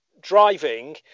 driving